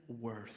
worth